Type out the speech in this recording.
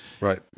Right